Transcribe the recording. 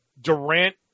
Durant